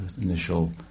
initial